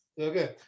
Okay